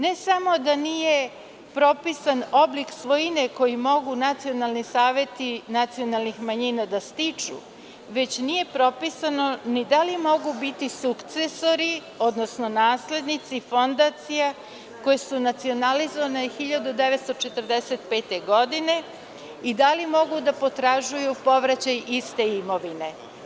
Ne samo da nije propisan oblik svojine koji mogu nacionalni saveti nacionalnih manjina da stiču, već nije propisano ni da li mogu biti sukcesori, odnosno naslednici fondacija koje su nacionalizovane 1945. godine i da li mogu da potražuju povraćaj iste imovine.